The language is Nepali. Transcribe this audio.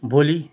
भोलि